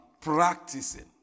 practicing